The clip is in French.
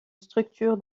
structure